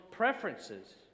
preferences